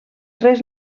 res